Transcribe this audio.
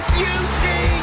beauty